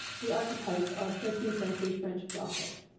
the archetype of thirteenth century french gothic.